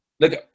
Look